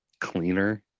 cleaner